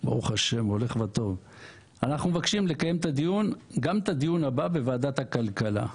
גם את הדיון הבא בוועדת הכלכלה.